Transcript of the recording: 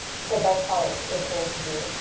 so that's how it came to be.